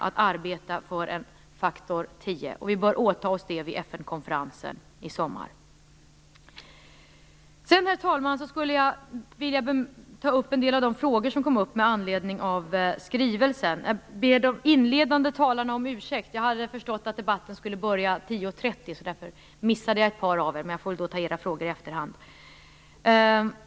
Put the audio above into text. Vi bör arbeta för en faktor 10, och vi bör åta oss det vid FN konferensen i sommar. Sedan, herr talman, skulle jag vilja ta upp en del av de frågor som kom upp med anledning av skrivelsen. Jag ber de inledande talarna om ursäkt; jag hade förstått att debatten skulle börja kl. 10.30, och därför missade jag ett par av er, men jag får väl ta era frågor i efterhand.